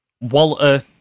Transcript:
Walter